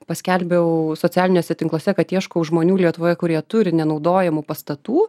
paskelbiau socialiniuose tinkluose kad ieškau žmonių lietuvoje kurie turi nenaudojamų pastatų